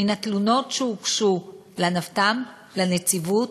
מן התלונות שהוגשו לנבת"ם, לנציבות,